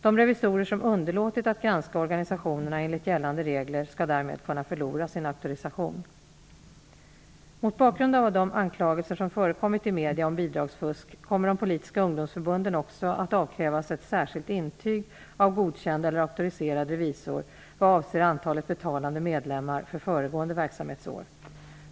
De revisorer som underlåtit att granska organisationerna enligt gällande regler skall därmed kunna förlora sin auktorisation. Mot bakgrund av de anklagelser som förekommit i medierna om bidragsfusk kommer de politiska ungdomsförbunden också att avkrävas ett särskilt intyg av godkänd eller auktoriserad revisor vad avser antalet betalande medlemmar för föregående verksamhetsår.